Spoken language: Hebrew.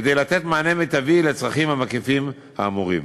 כדי לתת מענה מיטבי על הצרכים המקיפים האמורים.